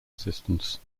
assistance